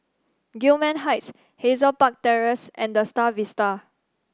Gillman Heights Hazel Park Terrace and The Star Vista